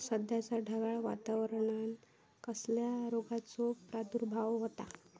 सध्याच्या ढगाळ वातावरणान कसल्या रोगाचो प्रादुर्भाव होता?